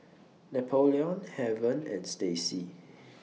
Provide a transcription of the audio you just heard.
Napoleon Heaven and Stacy